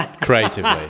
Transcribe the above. Creatively